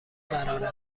قراره